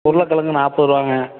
உருளக்கெழங்கு நாப்பது ரூபாங்க